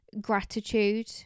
gratitude